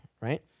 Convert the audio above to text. right